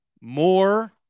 more